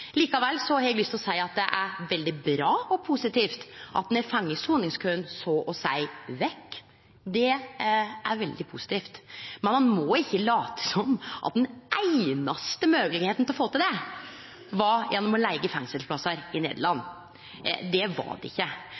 Likevel har eg lyst til å seie at det er veldig bra og positivt at ein har fått soningskøen så å seie vekk. Det er veldig positivt. Men ein må ikkje late som at den einaste moglegheita til å få til det, var gjennom å leige fengselsplassar i Nederland. Det var det ikkje.